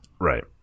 right